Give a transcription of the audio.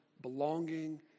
belonging